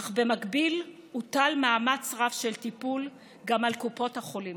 אך במקביל הוטל מאמץ רב של טיפול גם על קופות החולים